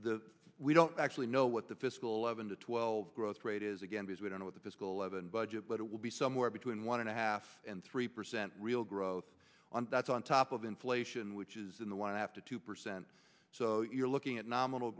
the we don't actually know what the fiscal eleven to twelve growth rate is again because we don't know what the fiscal eleven budget but it will be somewhere between one and a half and three percent real growth on that's on top of inflation which is in the want to have to two percent so you're looking at nominal